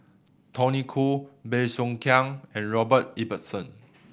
Tony Khoo Bey Soo Khiang and Robert Ibbetson